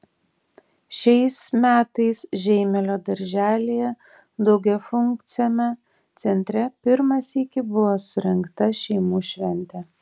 šiais metais žeimelio darželyje daugiafunkciame centre pirmą sykį buvo surengta šeimų šventė